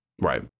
Right